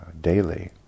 daily